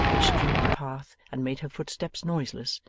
which strewed the path and made her footsteps noiseless,